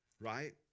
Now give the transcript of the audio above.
right